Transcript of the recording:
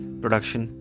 production।